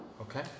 okay